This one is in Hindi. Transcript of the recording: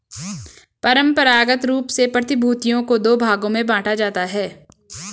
परंपरागत रूप से प्रतिभूतियों को दो भागों में बांटा जाता है